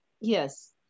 Yes